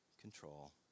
control